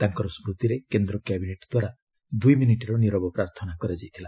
ତାଙ୍କର ସ୍କତିରେ କେନ୍ଦ୍ର କ୍ୟାବିନେଟ୍ ଦ୍ୱାରା ଦୁଇ ମିନିଟ୍ର ନିରବ ପ୍ରାର୍ଥନା କରାଯାଇଥିଲା